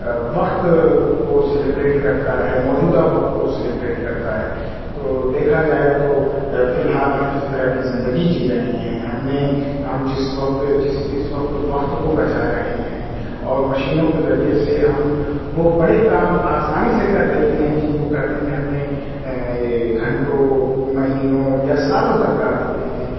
وقت کو سلیبریٹ کرتا ہے موجودہ وقت کو سلیبریٹ کرتا ہے تو دیکھا جائے تو فی الحال ہم جس طرح کے زندگی جی رہے ہیں ہم میں ہم جس وقت جس اس وقت وقت کو بچا رہے ہیں اور مشینوں کے ذریعے سے ہم وہ بڑے کام آسانی سے کر لیتے ہیں جن کو کرنے میں ہمیں گھنٹوں مہینوں یا سالوں درکار ہوتے ہیں